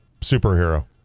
superhero